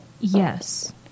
Yes